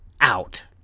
out